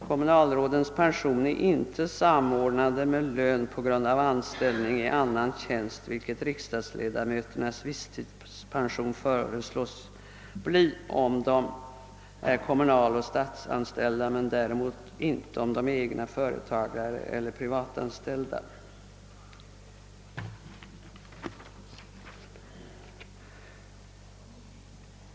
Kommunalrådens pension är inte samordnad med lön på grund av anställning i annan tjänst, vilket riksdagsledamöternas visstidspension föreslås bli, om de är kommunaloch statsanställda, men däremot inte om de är egna företagare eller privatanställda.